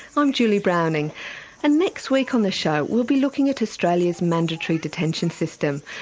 i'm julie browning and next week on the show we'll be looking at australia's mandatory detention system,